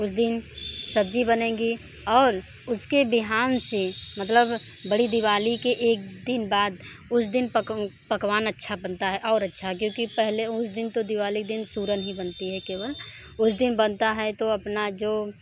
उस दीन सब्ज़ी बनेगी और उसके बिहान से मतलब बड़ी दीवाली के एक दिन बाद उस दिन पक पकवान अच्छा बनता है और अच्छा क्योंकि पहले उस दिन तो दीवाली के दिन सूरन ही बनती है केवल उस बनता है तो अपना जो